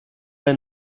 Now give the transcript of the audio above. were